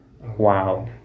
Wow